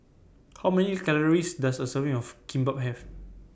How Many Calories Does A Serving of Kimbap Have